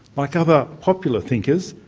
like other popular thinkers,